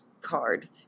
card